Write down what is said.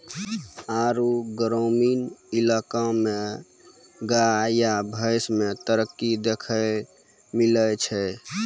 आरु ग्रामीण इलाका मे गाय या भैंस मे तरक्की देखैलै मिलै छै